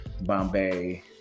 Bombay